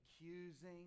Accusing